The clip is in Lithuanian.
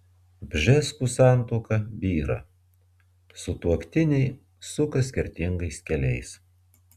bžeskų santuoka byra sutuoktiniai suka skirtingais keliais